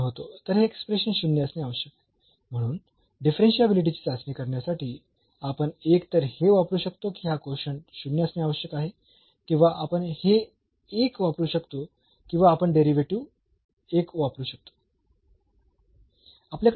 म्हणून डिफरन्शियाबिलिटीची चाचणी करण्यासाठी आपण एक तर हे वापरू शकतो की हा कोशंट 0 असणे आवश्यक आहे किंवा आपण हे एक वापरू शकतो किंवा आपण डेरिव्हेटिव्ह एक वापरू शकतो